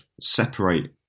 separate